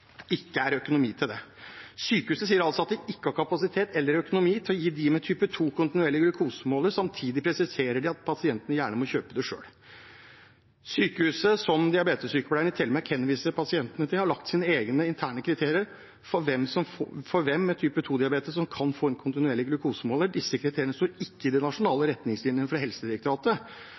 ikke er økonomi til det. Sykehuset sier altså at de ikke har kapasitet, eller økonomi, til å gi dem med type 2 kontinuerlig glukosemåler. Samtidig presiserer de at pasientene gjerne må kjøpe det selv. Sykehuset som diabetessykepleieren i Telemark henviser pasientene til, har laget sine egne, interne kriterier for hvem med type 2-diabetes som kan få en kontinuerlig glukosemåler. Disse kriteriene står ikke i de nasjonale retningslinjene fra Helsedirektoratet.